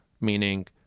meaning